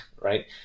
right